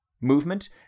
movement